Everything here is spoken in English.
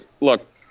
look